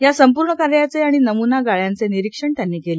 या संपूर्ण कार्याचे आणि नमूना फ्लॅटचे निरीक्षण त्यांनी केले